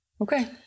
Okay